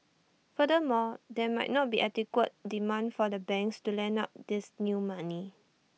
furthermore there might not be adequate demand for the banks to lend out this new money